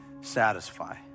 satisfy